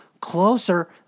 closer